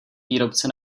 výrobce